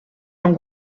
são